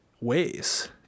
ways